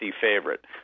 favorite